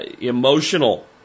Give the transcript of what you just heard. emotional